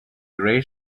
grey